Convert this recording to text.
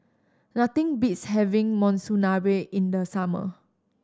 nothing beats having Monsunabe in the summer